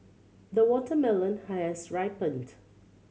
the watermelon has ripened